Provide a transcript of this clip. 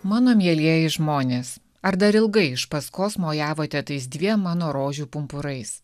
mano mielieji žmonės ar dar ilgai iš paskos mojavote tais dviem mano rožių pumpurais